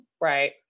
Right